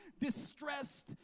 distressed